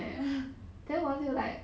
!walao!